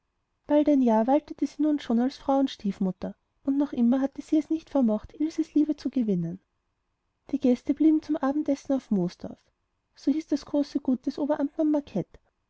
bald ein jahr waltete sie nun schon als frau und stiefmutter und noch immer hatte sie es nicht vermocht ilses liebe zu gewinnen die gäste blieben zum abendessen auf moosdorf so hieß das große gut des oberamtmann